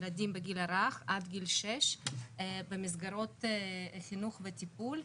ילדים בגיל הרך עד גיל 6 במסגרות חינוך וטיפול.